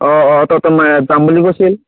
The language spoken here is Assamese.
অঁ অঁ তহঁতৰ মায়ে যাম বুলি কৈছিল